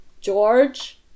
George